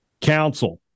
Council